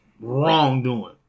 wrongdoing